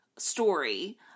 Story